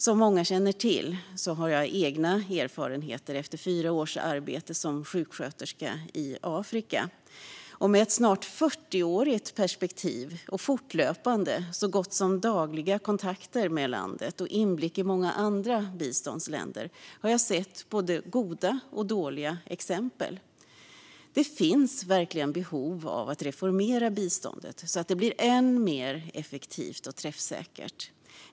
Som många känner till har jag egna erfarenheter efter fyra års arbete som sjuksköterska i ett land i Afrika. Med ett snart fyrtioårigt perspektiv och fortlöpande, så gott som dagliga, kontakter med landet samt inblick i många andra biståndsländer har jag sett både goda och dåliga exempel. Det finns verkligen behov av att reformera biståndet så att det blir än mer effektivt och träffsäkert.